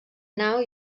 nau